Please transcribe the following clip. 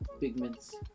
pigments